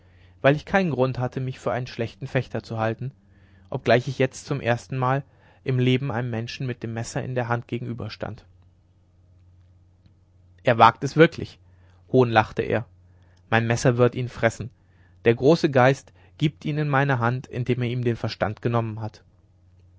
weil ich keinen grund hatte mich für einen schlechten fechter zu halten obgleich ich jetzt zum erstenmal im leben einem menschen mit dem messer in der hand gegenüberstand er wagt es wirklich hohnlachte er mein messer wird ihn fressen der große geist gibt ihn in meine hand indem er ihm den verstand genommen hat